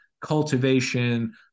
cultivation